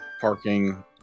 parking